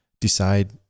decide